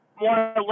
more